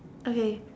okay